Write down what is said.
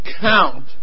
count